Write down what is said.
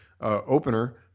opener